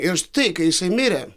ir štai kai jisai mirė